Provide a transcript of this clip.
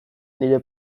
nire